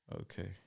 Okay